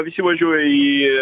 visi važiuoja į